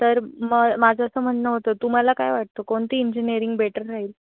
तर मग माझं असं म्हणणं होतं तुम्हाला काय वाटतं कोणती इंजिनिअरिंग बेटर राहील